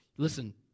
listen